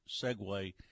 segue